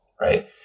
right